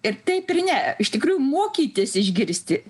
ir taip ir ne iš tikrųjų mokytis išgirsti